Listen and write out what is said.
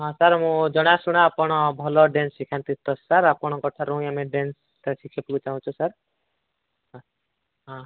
ହଁ ସାର୍ ମୁଁ ଜଣାଶୁଣା ଆପଣ ଭଲ ଡ୍ୟାନ୍ସ ଶିଖାନ୍ତି ତ ସାର୍ ଆପଣଙ୍କ ଠାରୁ ହିଁ ଆମେ ଡ୍ୟାନ୍ସ ସାର୍ ଶିଖିବାକୁ ଚାହୁଁଛୁ ସାର୍ ହଁ ହଁ